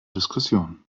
diskussion